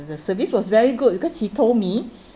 the service was very good because he told me